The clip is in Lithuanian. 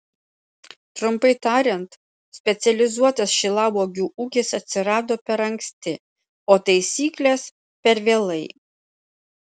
trumpai tariant specializuotas šilauogių ūkis atsirado per anksti o taisyklės per vėlai